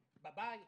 בבית.